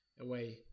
away